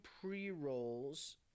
pre-rolls